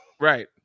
right